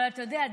אבל אתה יודע,